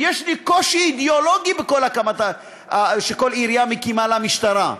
ויש לי קושי אידיאולוגי שכל עירייה מקימה לה משטרה,